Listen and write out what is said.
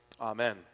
Amen